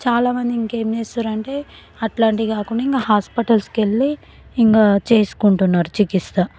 చాలామంది ఇంకేం చేస్తారంటే అట్లాంటివి కాకుండా ఇంక హాస్పిటల్స్కి వెళ్ళి ఇంగా చేసుకుంటున్నారు చికిత్స